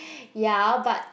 ya but